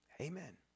Amen